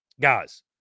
guys